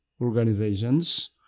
organizations